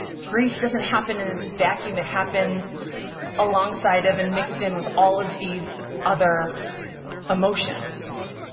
grief doesn't happen in this vacuum, it happens alongside of and mixed in with all of these other emotions.